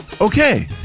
Okay